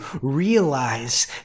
realize